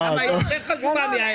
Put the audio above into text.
היא יותר חשובה מיאיר לפיד.